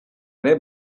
ere